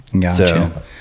gotcha